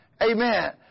Amen